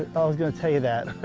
i was going to tell you that.